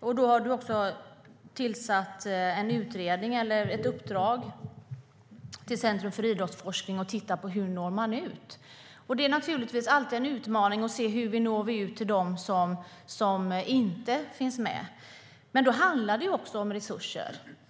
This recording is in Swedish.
Ministern har även gett ett uppdrag till Centrum för idrottsforskning att titta på hur man når ut. Det är naturligtvis alltid en utmaning att titta på hur man når ut till dem som inte finns med, men det handlar också om resurser.